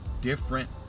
different